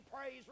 praise